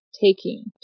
taking